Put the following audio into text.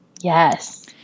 Yes